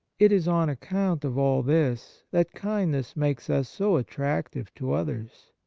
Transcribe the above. it is on account of all this that kindness makes us so attractive to others.